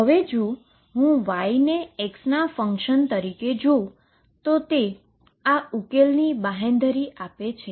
હવે જો હું y ને x ના ફંક્શન તરીકે જોઉ તો તે આ ઉકેલની બાંહેધરી આપે છે